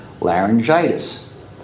laryngitis